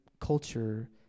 culture